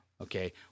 Okay